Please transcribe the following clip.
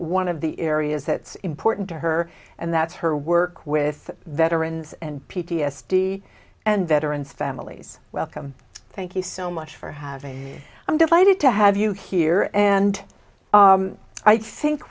one of the areas that are important to her and that's her work with veterans and p t s d and veterans families welcome thank you so much for having me i'm delighted to have you here and i think